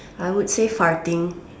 I would say farting